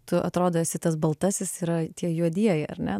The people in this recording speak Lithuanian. tu atrodo esi tas baltasis yra tie juodieji ar ne